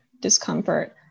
discomfort